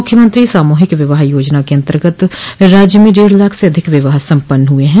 मुख्यमंत्री सामूहिक विवाह योजना के अंतर्गत राज्य में डेढ़ लाख से अधिक विवाह सम्पन्न हुए हैं